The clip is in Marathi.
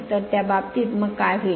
तर त्या बाबतीत मग काय होईल